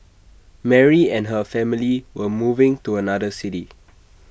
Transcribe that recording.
Mary and her family were moving to another city